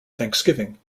thanksgiving